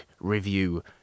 review